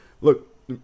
look